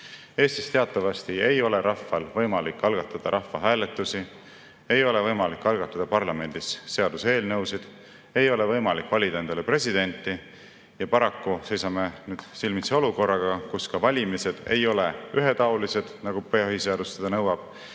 Eestis teatavasti ei ole rahval võimalik algatada rahvahääletusi, ei ole võimalik algatada parlamendis seaduseelnõusid, ei ole võimalik valida endale presidenti. Paraku seisame nüüd silmitsi olukorraga, kus ka valimised ei ole ühetaolised, nagu põhiseadus nõuab.